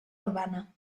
urbana